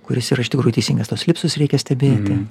kuris yra iš tikrųjų teisingas tuos slipsus reikia stebėti